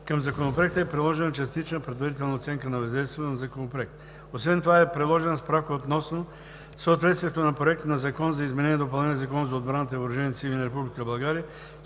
Към Законопроекта е приложена частична предварителна оценка на въздействието на Законопроекта. Освен това е приложена Справка относно съответствието на Законопроекта за изменение и допълнение на Закона за отбраната и въоръжените сили